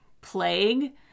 plague